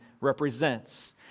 represents